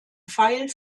pfeil